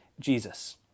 Jesus